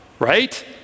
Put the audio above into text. Right